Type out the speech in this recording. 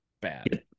Bad